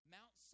Mount